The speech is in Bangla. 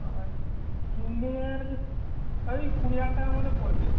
ও সিঙ্গেল ওই কুড়ি হাজার টাকা মতো পড়বে